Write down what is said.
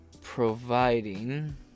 providing